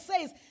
says